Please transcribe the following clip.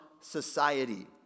society